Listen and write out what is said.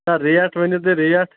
نہ ریٹ ؤنِو تُہۍ ریٹ